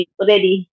already